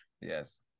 Yes